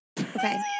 Okay